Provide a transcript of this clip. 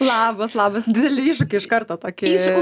labas labas dideli iššūkį iš karto tokį